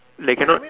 like cannot